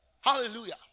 Hallelujah